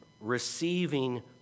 receiving